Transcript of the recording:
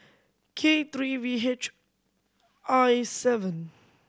K three V H I seven